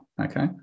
Okay